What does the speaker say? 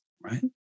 right